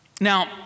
Now